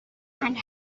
and